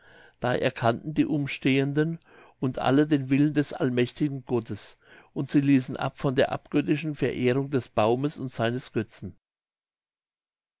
da erkannten die umstehenden und alle den willen des allmächtigen gottes und sie ließen ab von der abgöttischen verehrung des baumes und seines götzen